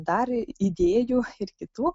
dar idėjų ir kitų